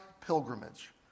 pilgrimage